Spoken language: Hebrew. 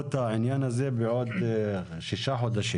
התקדמות העניין הזה בעוד שישה חודשים.